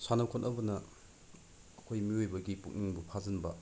ꯁꯥꯟꯅ ꯈꯣꯠꯅꯕꯅ ꯑꯩꯈꯣꯏ ꯃꯤꯑꯣꯏꯕꯒꯤ ꯄꯨꯛꯅꯤꯡꯕꯨ ꯐꯥꯖꯤꯟꯕ